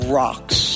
rocks